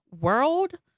world